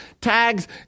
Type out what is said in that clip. tags